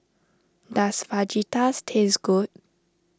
does Fajitas taste good